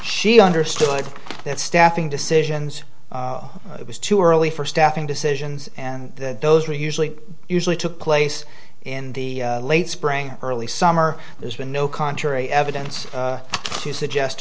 she understood that staffing decisions it was too early for staffing decisions and those were usually usually took place in the late spring early summer there's been no contrary evidence to suggest